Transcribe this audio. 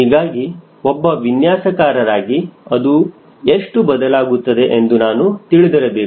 ಹೀಗಾಗಿ ಒಬ್ಬ ವಿನ್ಯಾಸಕಾರರಾಗಿ ಅದು ಎಷ್ಟು ಬದಲಾಗುತ್ತದೆ ಎಂದು ನಾನು ತಿಳಿದಿರಬೇಕು